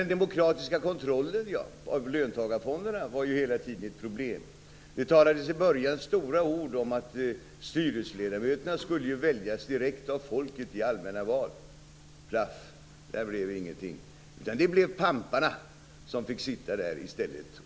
Den demokratiska kontrollen av löntagarfonderna var hela tiden ett problem. Det talades i början stora ord om att styrelseledamöterna skulle väljas direkt av folket i allmänna val. Det blev ingenting av det. Det blev i stället pamparna som fick styra och ställa.